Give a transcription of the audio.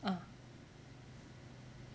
ah